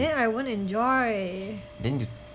then I won't enjoy